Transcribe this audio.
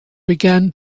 began